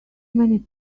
many